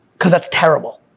cause that's terrible.